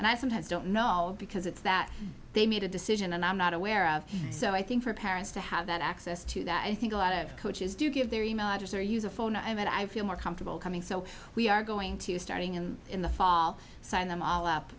and i sometimes don't know because it's that they made a decision and i'm not aware of so i think for parents to have that access to that i think a lot of coaches do give their email address or use a phone and i feel more comfortable coming so we are going to starting in the fall signed them all up